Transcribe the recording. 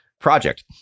project